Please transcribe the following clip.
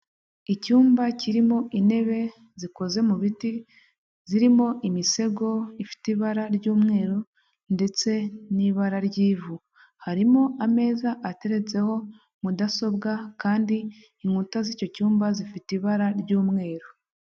Icyumba kirimo intebe zikoze mu biti, zirimo imisego ifite ibara ry'umweru ndetse n'ibara ry'ivu. Harimo ameza ateretseho mudasobwa kandi inkuta z'icyo cyumba zifite ibara ry'umweru.